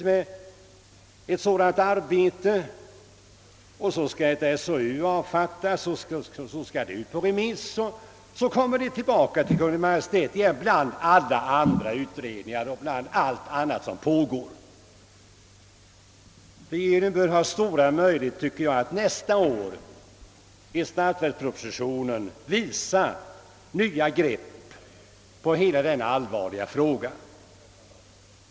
Sedan skall en SOU avfattas, och ärendet skall ut på remiss och komma tillbaka till Kungl. Maj:t för slutgiltig behandling där. Regeringen bör ha stora möjligheter att i statsverkspropositionen visa nya grepp på hela denna allvarliga fråga.